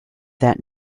that